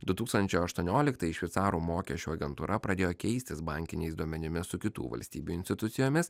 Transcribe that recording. tūkstančiai aštuonioliktais šveicarų mokesčių agentūra pradėjo keistis bankiniais duomenimis su kitų valstybių institucijomis